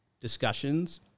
discussions